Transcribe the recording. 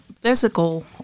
physical